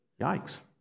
Yikes